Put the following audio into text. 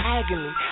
agony